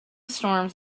storms